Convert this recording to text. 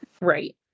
right